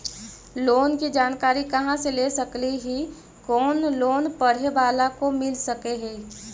Loan की जानकारी कहा से ले सकली ही, कोन लोन पढ़े बाला को मिल सके ही?